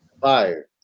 fire